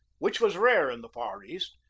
which was rare in the far east,